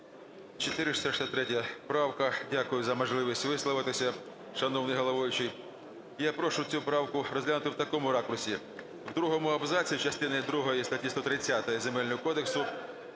463 правка. Дякую за можливість висловитися, шановний головуючий. Я прошу цю правку розглянути в такому ракурсі. У другому абзаці частини другої статті 130 Земельного кодексу,